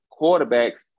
quarterbacks